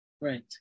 Right